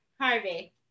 Harvey